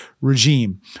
regime